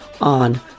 on